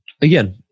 again